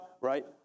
right